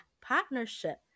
partnership